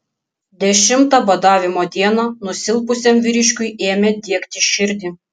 dešimtą badavimo dieną nusilpusiam vyriškiui ėmė diegti širdį